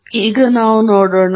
ಆದ್ದರಿಂದ ನಾವು ನೋಡೋಣ